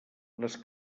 les